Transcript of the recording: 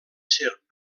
serp